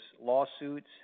lawsuits